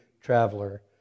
traveler